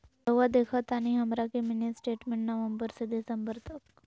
रहुआ देखतानी हमरा के मिनी स्टेटमेंट नवंबर से दिसंबर तक?